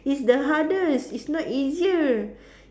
is the hardest it's not easier